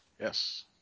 Yes